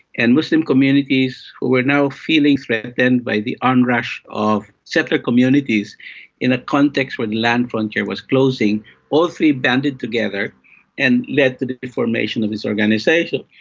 and muslim communities who were now feeling threatened then by the onrush of settler communities in a context where the land frontier was closing all three banded together and led to the formation of this organisation.